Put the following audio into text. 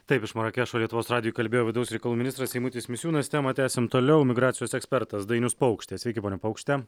taip iš marakešo lietuvos radijui kalbėjo vidaus reikalų ministras eimutis misiūnas temą tęsim toliau migracijos ekspertas dainius paukštė sveiki pone paukšte